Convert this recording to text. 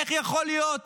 איך יכול להיות